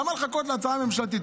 למה לחכות להצעה ממשלתית?